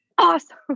Awesome